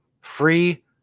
Free